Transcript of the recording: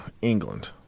England